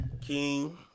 King